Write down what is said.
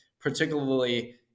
particularly